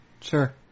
Sure